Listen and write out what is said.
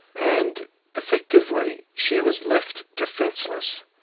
and effectively she was left defenceless,